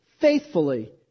faithfully